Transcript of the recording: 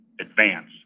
advance